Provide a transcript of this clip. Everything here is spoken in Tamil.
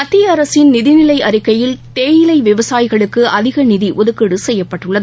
மத்திய அரசின் நிதிநிலை அறிக்கையில் தேயிலை விவசாயிகளுக்கு அதிக நிதி ஒதுக்கீடு செய்யப்பட்டுள்ளது